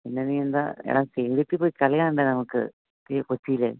പിന്നെ നീ എന്താ എടാ നേരിട്ട് പോയി കളി കാണണ്ടേ നമുക്ക് ഈ കൊച്ചിയിൽ